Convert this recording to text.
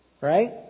right